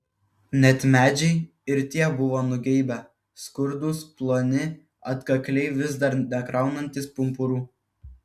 net medžiai ir tie buvo nugeibę skurdūs ploni atkakliai vis dar nekraunantys pumpurų